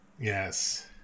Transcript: Yes